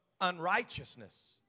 unrighteousness